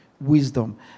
Wisdom